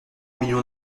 millions